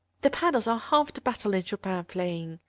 the pedals are half the battle in chopin playing.